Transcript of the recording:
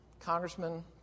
congressman